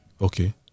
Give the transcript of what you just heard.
okay